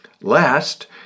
Last